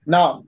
Now